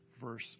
verse